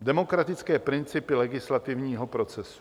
Demokratické principy legislativního procesu.